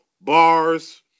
bars